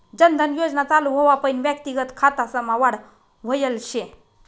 जन धन योजना चालू व्हवापईन व्यक्तिगत खातासमा वाढ व्हयल शे